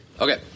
Okay